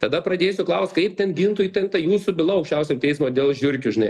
tada pradėsiu klaust kaip ten gintui ten ta jūsų byla aukščiausio teismo dėl žiurkių žinai